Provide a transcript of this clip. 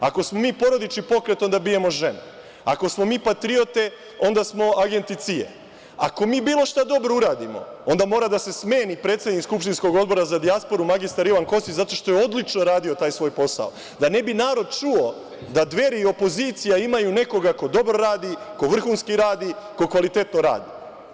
Ako smo mi porodični pokret, onda bijemo žene, ako smo mi patriote, onda smo agenti CIA, ako mi bilo šta dobro uradimo, onda mora da se smeni predsednik skupštinskog Odbora za dijasporu mr Ivan Kostić, zato što je odlično radio svoj posao, da ne bi narod čuo da Dveri i opozicija imaju nekoga ko dobro radi, ko vrhunski radi, ko kvalitetno radi.